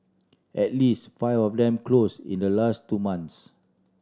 at least five of them close in the last two months